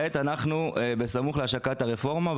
בסמוך להשקת הרפורמה,